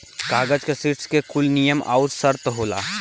कागज मे ऋण के कुल नियम आउर सर्त होला